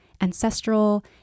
ancestral